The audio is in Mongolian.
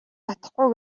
чадахгүй